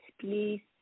please